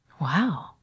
Wow